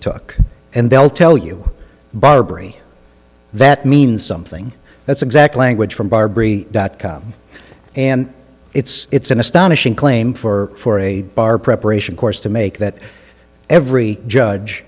took and they'll tell you barbary that means something that's exact language from barbary dot com and it's an astonishing claim for a bar preparation course to make that every judge